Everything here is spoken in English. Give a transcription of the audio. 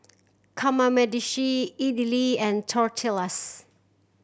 Kamameshi Idili and Tortillas